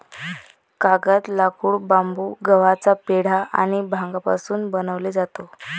कागद, लाकूड, बांबू, गव्हाचा पेंढा आणि भांगापासून बनवले जातो